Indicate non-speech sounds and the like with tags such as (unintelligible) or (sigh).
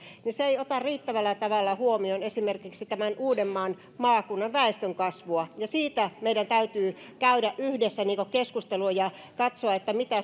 ei ota riittävällä tavalla huomioon esimerkiksi uudenmaan maakunnan väestönkasvua ja siitä meidän täytyy käydä yhdessä keskustelua ja katsoa mitä (unintelligible)